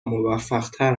موفقتر